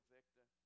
Victor